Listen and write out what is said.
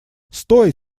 стой